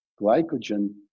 glycogen